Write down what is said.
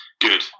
Good